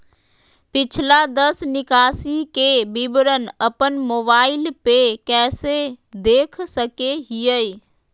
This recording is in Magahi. पिछला दस निकासी के विवरण अपन मोबाईल पे कैसे देख सके हियई?